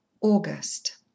august